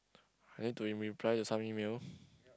I need to re~ reply to some email